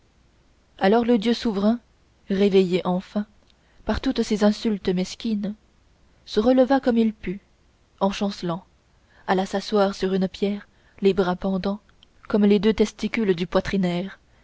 alors le dieu souverain réveillé enfin par toutes ces insultes mesquines se releva comme il put en chancelant alla s'asseoir sur une pierre les bras pendants comme les deux testicules du poitrinaire